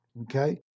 Okay